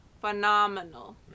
phenomenal